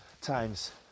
times